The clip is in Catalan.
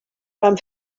van